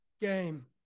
game